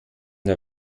der